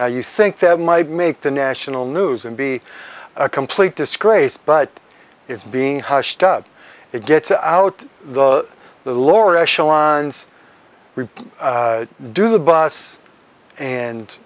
you think that might make the national news and be a complete disgrace but it's being hushed up it gets out the lower echelons repeat do the bus and